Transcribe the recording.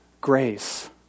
grace